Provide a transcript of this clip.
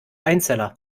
einzeller